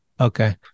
Okay